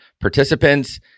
participants